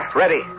ready